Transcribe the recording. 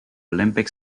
olympic